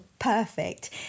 perfect